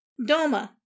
Doma